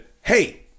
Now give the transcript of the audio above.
Hey